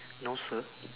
no sir